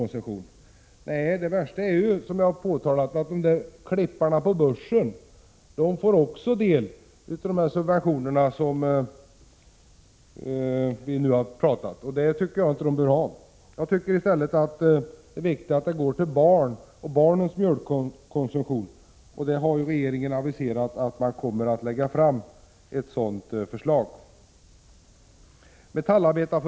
Nej, det värsta är ju, såsom jag har påtalat, att även klipparna på börsen får del av de subventioner som vi nu har talat om, och jag tycker inte att så skall vara fallet. Det är viktigt att dessa subventioner istället går till barnens mjölkkonsumtion, och regeringen har aviserat att den kommer att lägga fram ett förslag i denna riktning.